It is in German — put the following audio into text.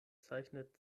zeichnet